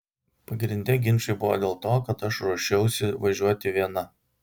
pagrinde ginčai buvo dėl to kad aš ruošiausi važiuoti viena